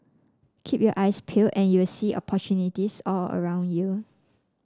keep your eyes peel and you will see opportunities are all around you